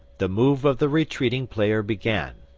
the move of the retreating player began.